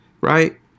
right